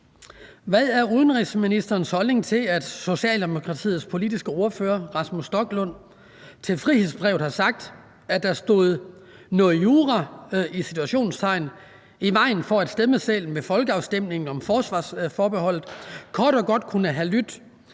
Hvad er udenrigsministerens holdning til, at Socialdemokratiets politiske ordfører, Rasmus Stoklund, til Frihedsbrevet har sagt, at der stod »noget jura« i vejen for, at stemmesedlen ved folkeafstemningen om forsvarsforbeholdet kort og godt kunne have lydt: